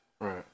Right